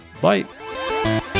bye